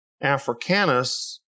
Africanus